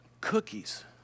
Cookies